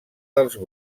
dels